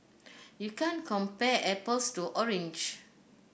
you can't compare apples to orange